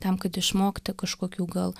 tam kad išmokti kažkokių gal